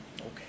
Okay